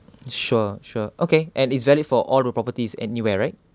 sure sure okay and is valid for all the properties anywhere right